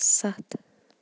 سَتھ